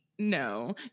No